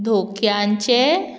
धोक्यांचे